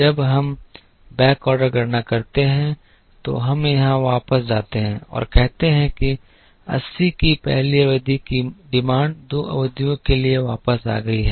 जब हम बैकऑर्डर गणना करते हैं तो हम यहां वापस जाते हैं और कहते हैं कि 80 की पहली अवधि की मांग दो अवधियों के लिए वापस आ गई है